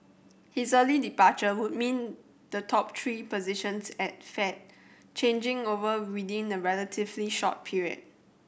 his early departure would mean the top three positions at Fed changing over within a relatively short period